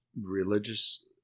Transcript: religious